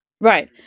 Right